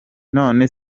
none